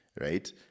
Right